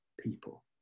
people